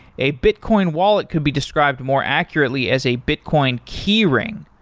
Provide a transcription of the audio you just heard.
a bitcoin wallet could be described more accurately as a bitcoin key ring.